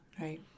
Right